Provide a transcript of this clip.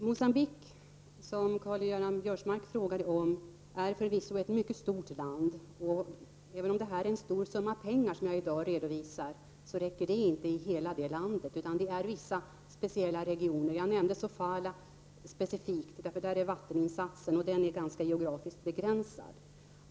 Moçambique, som Karl-Göran Biörsmark frågade om, är förvisso ett mycket stort land. Även om den summa pengar jag i dag redovisar är stor, så räcker det inte i hela landet, utan det handlar om vissa speciella regioner. Jag nämnde Sofala specifikt, eftersom det där rör sig om en vatteninsats som geografiskt är ganska begränsad.